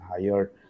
higher